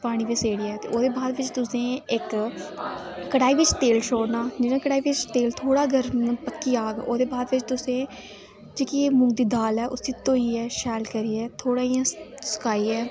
पानी च सेड़ियै ओह्दे बाद तुसें इक बाद बिच तुसें कढ़ाई बिच तेल छोड़ना जि'यां कढ़ाई बेच तेल थोह्ड़ा पक्की जाह्ग ओह्दे बाद तुसें जेहकी एह् मुंगी दी दाल ऐ उसी धोइयै शैल करियै थोह्ड़ा इ'यां सकाइयै